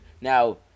Now